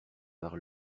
par